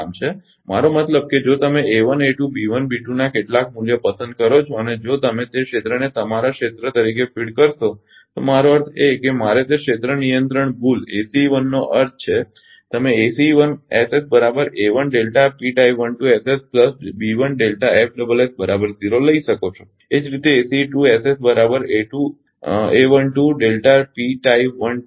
મારો મતલબ કે જો તમે ના કેટલાક મૂલ્ય પસંદ કરો છો અને જો તમે તે ક્ષેત્રને તમારા ક્ષેત્ર તરીકે ફીડ કરશો તો મારો અર્થ એ છે કે મારે તે ક્ષેત્ર નિયંત્રણ ભૂલ ACE 1 નો અર્થ છે તમે લઈ શકો છો